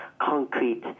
concrete